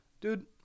dude